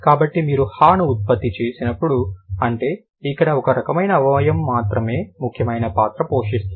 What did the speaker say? కాబట్టి మీరు హ ను ఉత్పత్తి చేసినప్పుడు అంటే ఇక్కడ ఒక రకమైన అవయవం మాత్రమే ముఖ్యమైన పాత్ర పోషిస్తుంది